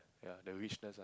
ya the richness